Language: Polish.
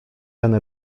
ten